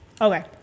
Okay